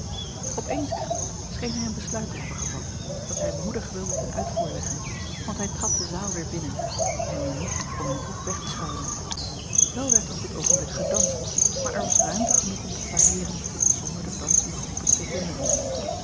hij een besluit te hebben gevat dat hij moedig wilde ten uitvoer leggen want hij trad de zaal weer binnen en nu niet om in een hoek weg te schuilen wel werd er op dit oogenblik gedanst maar er was ruimte genoeg om te flaneeren zonder de dansende groepen te hinderen